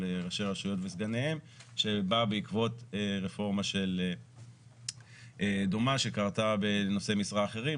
ראשי רשויות וסגניהם שבאה בעקבות רפורמה דומה שקרתה בנושאי משרה אחרים,